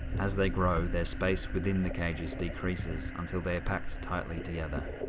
as they grow, their space within the cages decreases until they are packed tightly together. a